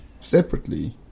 separately